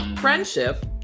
Friendship